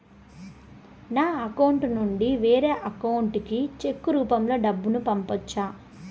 నా అకౌంట్ నుండి వేరే అకౌంట్ కి చెక్కు రూపం లో డబ్బును పంపొచ్చా?